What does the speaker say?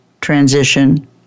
transition